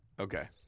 okay